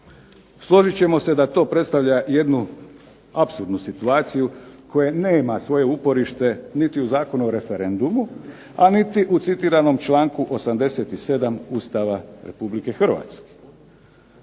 Složit ćemo se da to predstavlja jednu apsurdnu situaciju koja nema svoje uporište niti u Zakonu o referendumu, a niti u citiranom članku 87. Ustava RH.